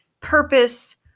purpose